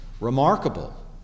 remarkable